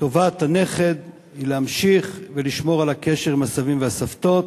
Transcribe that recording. טובת הנכד היא להמשיך ולשמור על הקשר עם הסבים והסבתות,